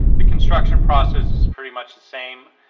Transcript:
the construction process is pretty much the same.